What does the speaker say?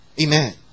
Amen